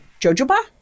jojoba